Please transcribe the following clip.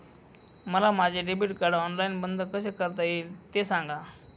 मला माझे debit card online बंद कसे करता येईल, ते सांगा